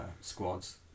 Squad's